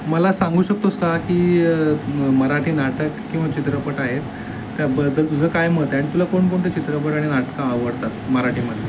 मला सांगू शकतोस का की मराठी नाटक किंवा चित्रपट आहेत त्याबद्दल तुझं काय मत आहे आणि तुला कोणकोणते नाटकं आणि चित्रपट आवडतात मराठीमध्ये